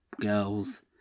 girls